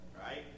right